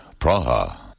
Praha